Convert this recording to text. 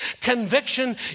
Conviction